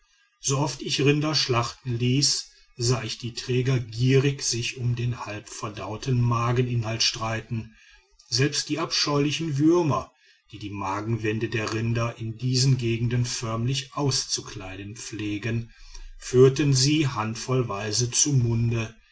so oft ich rinder schlachten ließ sah ich die träger gierig sich um den halbverdauten mageninhalt streiten selbst die abscheulichen würmer die die magenwände der rinder in diesen gegenden förmlich auszukleiden pflegen führten sie handvollweise zu munde